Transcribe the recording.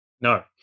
No